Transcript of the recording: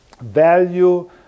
value